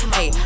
Hey